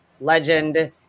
legend